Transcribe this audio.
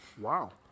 Wow